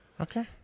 Okay